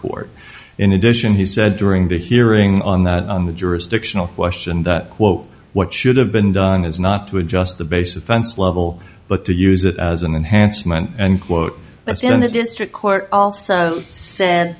court in addition he said during the hearing on that on the jurisdictional question that quote what should have been done is not to adjust the base offense level but to use it as an enhanced meant and quote i've seen in this district court also sa